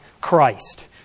Christ